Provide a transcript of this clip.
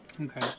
Okay